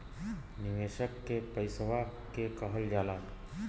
निवेशक के पइसवा के कहल जाला